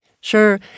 Sure